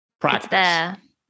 practice